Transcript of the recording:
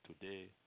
today